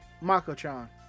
Mako-chan